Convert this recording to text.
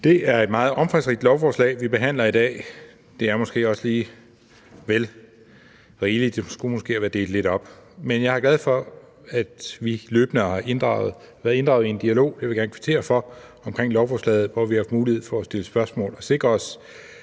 Det er et meget omfangsrigt lovforslag, vi behandler i dag, og det er måske også lige vel rigeligt. Det skulle måske have været delt lidt op. Men jeg er glad for, at vi løbende har været inddraget i en dialog – og det vil jeg gerne kvittere for – i forbindelse med lovforslaget, hvor vi har haft mulighed for at stille spørgsmål og sikre os,